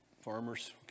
Farmers